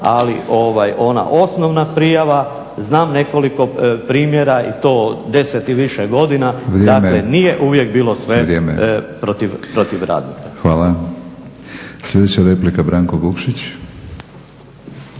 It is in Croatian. ovaj ona osnovna prijava, znam nekoliko primjera i to 10 i više godina, dakle nije uvijek bilo sve protiv radnika. **Batinić, Milorad (HNS)**